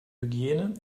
hygiene